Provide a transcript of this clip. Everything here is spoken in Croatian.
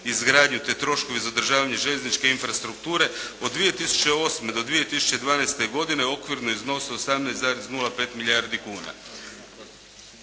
izgradnju te troškovi za održavanje željezničke infrastrukture od 2008. do 2012. godine okvirno iznose 18,05 milijardi kuna.